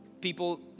people